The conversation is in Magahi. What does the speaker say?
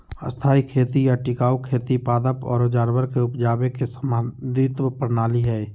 स्थायी खेती या टिकाऊ खेती पादप आरो जानवर के उपजावे के समन्वित प्रणाली हय